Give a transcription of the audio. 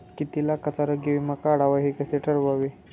किती लाखाचा आरोग्य विमा काढावा हे कसे ठरवावे?